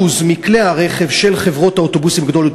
מכלי הרכב של חברות האוטובוסים הגדולות,